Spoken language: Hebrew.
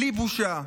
בלי בושה.